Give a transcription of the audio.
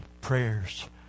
prayers